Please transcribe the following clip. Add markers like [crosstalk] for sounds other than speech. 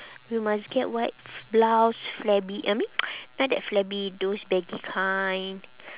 you must get white blouse flabby I mean [noise] know that flabby those baggy kind